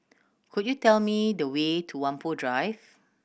could you tell me the way to Whampoa Drive